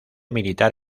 militar